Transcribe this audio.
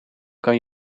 kan